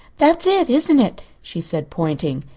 that's it, isn't it? she said, pointing.